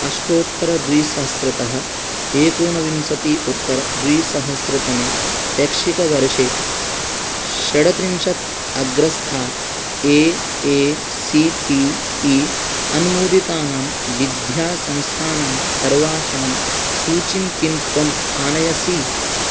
अष्टोत्तरद्विसहस्रतः एकोनविंशति उत्तरद्विसहस्रतमे शैक्षिकवर्षे षड्त्रिंशत् अग्रस्थाः A A C T E अनुमोदितानां विद्यासंस्थानां सर्वासां सूचीं किं त्वम् आनयसि